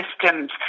systems